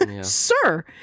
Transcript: Sir